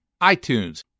iTunes